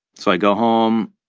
so i go home,